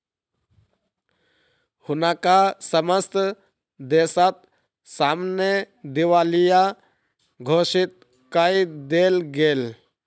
हुनका समस्त देसक सामने दिवालिया घोषित कय देल गेल